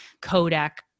Kodak